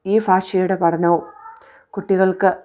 ഈ ഭാഷയുടെ പഠനവും കുട്ടികൾക്ക്